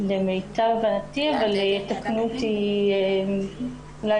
למיטב הבנתי אבל יתקנו אותי אם אני טועה.